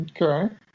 okay